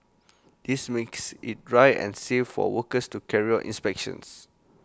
this makes IT dry and safe for workers to carry out inspections